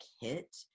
hit